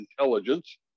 intelligence